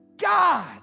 God